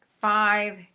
five